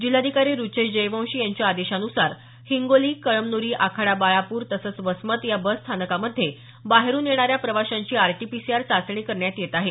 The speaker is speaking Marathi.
जिल्हाधिकारी रुचेश जयवंशी यांच्या आदेशानुसार हिंगोली कळमनुरी आखाडा बाळापुर तसंच वसमत या बसस्थानकामध्ये बाहेरून येणाऱ्या प्रवाशांची आरटी पीसीआर चाचणी करण्यात येत आहे